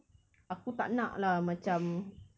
aku tak nak lah macam